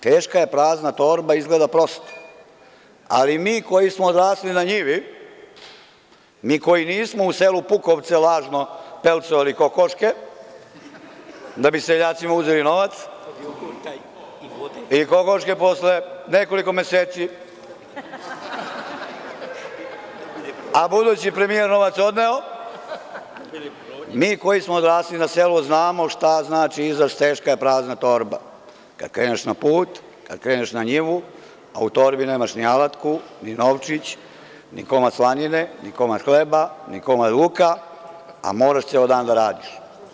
Teška je prazna torba izgleda prosto, ali mi koji smo odrasli na njivi, mi koji nismo u selu Pukovce lažno pelcovali kokoške, da bi seljacima uzeli novac i kokoške posle nekoliko meseci, a budući premijer novac odneo, mi koji smo odrasli na selu znamo šta znači izraz – teška je prazna torba, kada kreneš na put, kada kreneš na njivu, a u torbi nemaš ni alatku, ni novčić, ni komad slanine, ni komad hleba, ni komad luka, a moraš ceo dan da radiš.